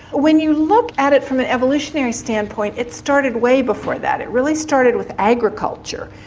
when you look at it from an evolutionary standpoint it started way before that, it really started with agriculture.